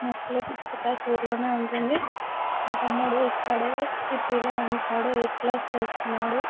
మా చెల్లి sixth class ఊర్లోనే ఉంటుంది మా తమ్ముడు ఇక్కడే సిటీలో ఉంటాడు ఎయిత్ క్లాస్ చదువుతున్నాడు